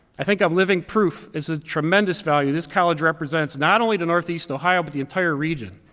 i think i'm living proof it's a tremendous value this college represents, not only to northeast ohio, but the entire region.